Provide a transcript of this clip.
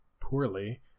poorly